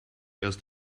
erst